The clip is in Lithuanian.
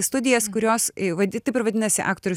studijas kurios vadi taip ir vadinasi aktorių